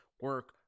Work